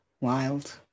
Wild